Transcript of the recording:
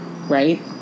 right